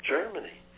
Germany